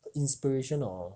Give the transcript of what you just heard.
inspiration or